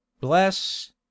bless